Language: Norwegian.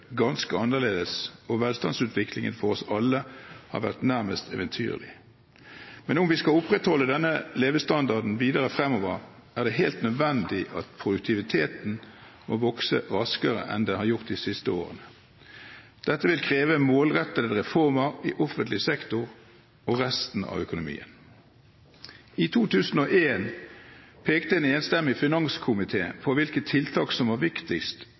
ganske annerledes, og velstandsutviklingen for oss alle har vært nærmest eventyrlig. Men om vi skal opprettholde denne levestandarden videre fremover, er det helt nødvendig at produktiviteten må vokse raskere enn den har gjort de siste årene. Dette vil kreve målrettede reformer i offentlig sektor og i resten av økonomien. I 2001 pekte en enstemmig finanskomité på hvilke tiltak som var viktigst